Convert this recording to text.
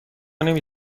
نمی